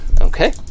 Okay